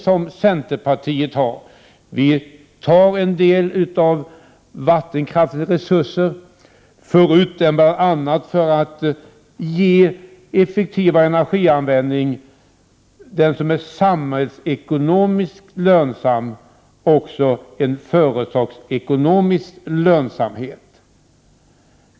Vi i centerpartiet tar en del av vattenkraftens resurser och för över dem bl.a. till en effektivare energianvändning som är samhällsekonomiskt och företagsekonomiskt lönsam.